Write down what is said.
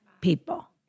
people